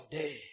day